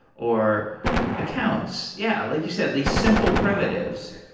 or accounts. yeah, like you said, these simple primitives.